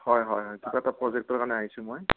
হয় হয় হয় কিবা এটা প্ৰজেক্টৰ কাৰণে আহিছোঁ মই